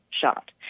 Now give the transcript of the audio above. shot